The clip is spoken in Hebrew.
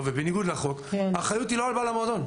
ובניגוד לחוק - האחריות היא לא על בעל המועדון.